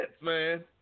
man